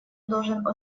должен